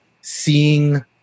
seeing